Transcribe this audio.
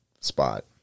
spot